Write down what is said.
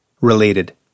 related